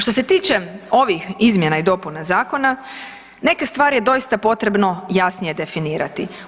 Što se tiče ovih izmjena i dopuna zakona neke je stvari doista potrebno jasnije definirati.